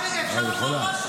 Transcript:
רק רגע, אפשר לומר משהו?